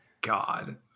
God